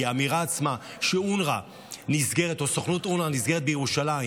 כי האמירה עצמה שסוכנות אונר"א נסגרת בירושלים